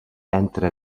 entre